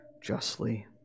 justly